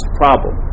problem